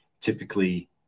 typically